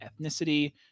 ethnicity